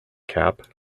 cap